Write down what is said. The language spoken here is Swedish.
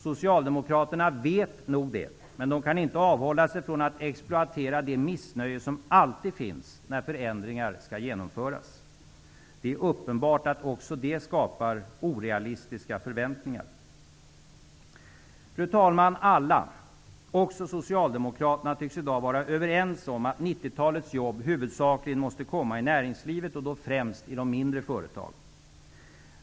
Socialdemokraterna vet nog det, men de kan inte avhålla sig från att exploatera det missnöje som alltid finns när förändringar skall genomföras. Det är uppenbart att också det skapar orealistiska förväntningar. Fru talman! Alla -- även socialdemokraterna -- tycks i dag vara överens om att 1990-talets jobb huvudsakligen måste komma i näringslivet och då främst i de mindre företagen.